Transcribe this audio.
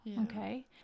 Okay